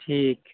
ᱴᱷᱤᱠ